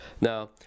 Now